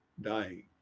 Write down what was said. dying